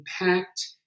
impact